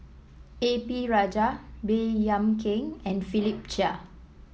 A P Rajah Baey Yam Keng and Philip Chia